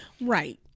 Right